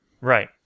Right